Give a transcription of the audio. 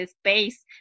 space